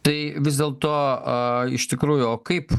tai vis dėlto a iš tikrųjų o kaip